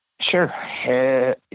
Sure